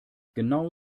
genau